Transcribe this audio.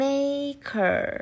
Maker